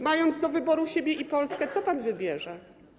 Mając do wyboru siebie i Polskę, co pan wybierze?